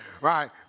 right